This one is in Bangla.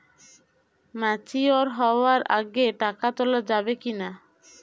ম্যাচিওর হওয়ার আগে টাকা তোলা যাবে কিনা?